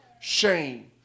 shame